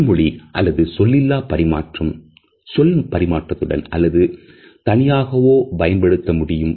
உடல் மொழி அல்லது சொல்லிலா பரிமாற்றம் சொல் பரி மாற்றத்துடன் அல்லது தனியாகவோ பயன்படுத்த முடியும்